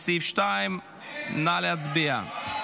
לסעיף 2. נא להצביע.